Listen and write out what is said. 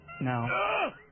No